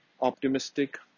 optimistic